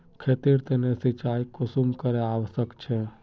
खेतेर तने सिंचाई कुंसम करे आवश्यक छै?